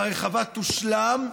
והרחבה תושלם.